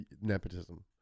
nepotism